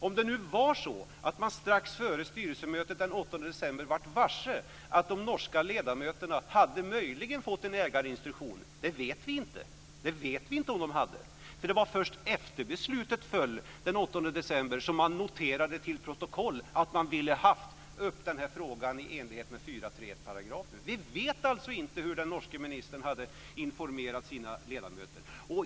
Om det var så att man strax före styrelsemötet den 8 december blev varse att de norska ledamöterna möjligen hade fått en ägarinstruktion vet vi inte. Det var först efter beslutet den 8 december som det noterades till protokollet att man hade velat ta upp frågan i enlighet med § 4.3. Vi vet alltså inte hur den norske ministern hade informerat sina ledamöter.